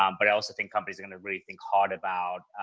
um but i also think companies are going to really think hard about,